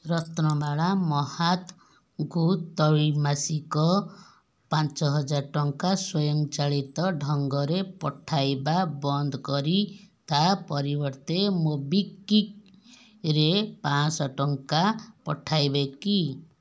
ରତ୍ନବାଳା ମହାତ ଙ୍କୁ ତ୍ରୈମାସିକ ପାଞ୍ଚହଜାର ଟଙ୍କା ସ୍ୱୟଂ ଚାଳିତ ଢଙ୍ଗରେ ପଠାଇବା ବନ୍ଦ କରି ତା ପରିବର୍ତ୍ତେ ମୋବିକ୍ଵିକରେ ପାଞ୍ଚଶହ ଟଙ୍କା ପଠାଇବେ କି